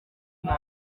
nta